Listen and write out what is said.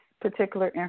particular